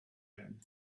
been